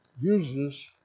uses